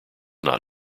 not